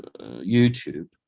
YouTube